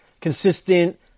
consistent